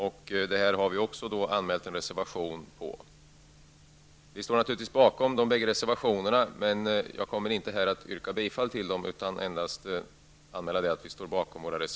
Vi har alltså reserverat oss även mot detta. Vi står naturligtvis bakom de bägge reservationerna, men jag kommer inte här att yrka bifall till dem, utan jag vill endast anmäla att vi står bakom dem.